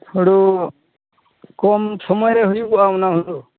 ᱦᱩᱲᱩ ᱠᱚᱢ ᱥᱚᱢᱚᱭ ᱨᱮ ᱦᱩᱭᱩᱜ ᱠᱟᱱᱟ ᱚᱱᱟ ᱦᱩᱲᱩ